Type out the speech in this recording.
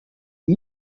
une